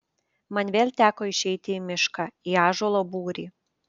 man vėl teko išeiti į mišką į ąžuolo būrį